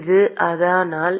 மாணவர் வகுக்கப்பட்டது எனவே இது